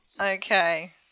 Okay